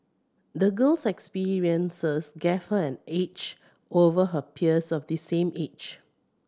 the girl's experiences gave her an edge over her peers of the same age